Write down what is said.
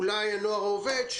שאולי הנוער העובד והלומד,